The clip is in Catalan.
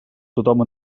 tothom